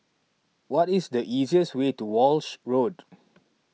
what is the easiest way to Walshe Road